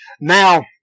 Now